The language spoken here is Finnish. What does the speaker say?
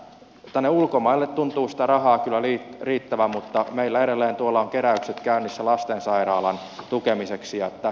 tänne ulkomaille tuntuu sitä rahaa kyllä riittävän mutta meillä edelleen tuolla on keräykset käynnissä lastensairaalan tukemiseksi